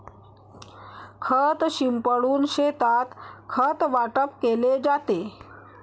खत शिंपडून शेतात खत वाटप केले जाते